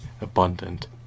abundant